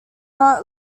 not